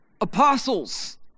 Apostles